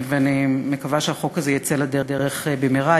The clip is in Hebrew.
ואני מקווה שהחוק הזה יצא לדרך במהרה,